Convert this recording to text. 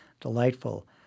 delightful